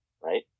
right